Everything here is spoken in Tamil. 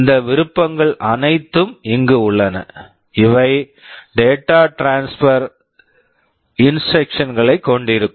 இந்த விருப்பங்கள் அனைத்தும் இங்கு உள்ளன இவை data transfer data transfer instructions Instructions களைக் கொண்டிருக்கும்